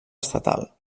estatal